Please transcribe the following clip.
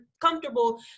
comfortable